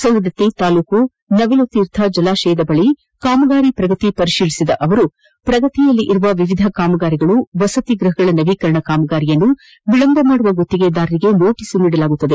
ಸವದಕ್ತಿ ತಾಲೂಕು ನವಿಲುತೀರ್ಥ ಜಲಾಶಯದ ಬಳಿ ಕಾಮಗಾರಿ ಪ್ರಗತಿ ಪರಿತೀಲಿಸಿದ ಅವರು ಪ್ರಗತಿಯಲ್ಲಿರುವ ವಿವಿಧ ಕಾಮಗಾರಿಗಳು ವಸತಿಗೃಪಗಳ ನವೀಕರಣ ಕಾಮಗಾರಿಯನ್ನು ವಿಳಂಬ ಮಾಡುವ ಗುತ್ತಿಗೆದಾರರಿಗೆ ನೋಟಸ್ ನೀಡಲಾಗುವುದು